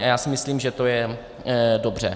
A já si myslím, že to je dobře.